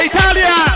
Italia